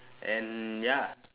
and ya